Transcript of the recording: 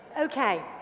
okay